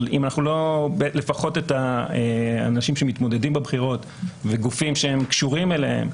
אם לפחות האנשים שמתמודדים בבחירות וגופים שקשורים אליהם,